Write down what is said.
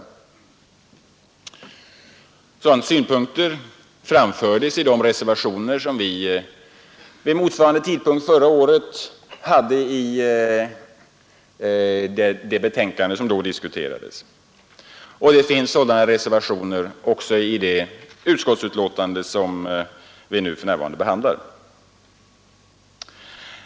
Sådana synpunkter framfördes i de reservationer som vi vid motsvarande tidpunkt förra året avgav till det betänkande som då diskuterades, och det finns sådana reservationer också i det utskottsbetänkande som vi nu behandlar.